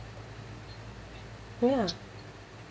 ya